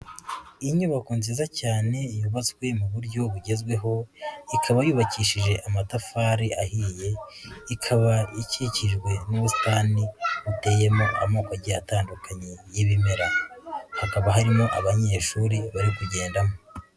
Inyubako nziza cyane yubatswe mu buryo bugezweho ikaba yubakishije amatafari ahiye, ikaba ikikijwe n'ubusitani buteyemo amoko agiye atandukanye y'ibimera hakaba harimo abanyeshuri bari kugendamo.